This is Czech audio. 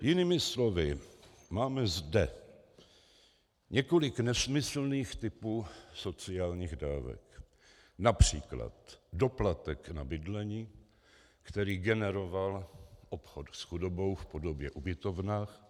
Jinými slovy, máme zde několik nesmyslných typů sociálních dávek, například doplatek na bydlení, který generoval obchod s chudobou v podobě ubytovna.